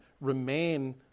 remain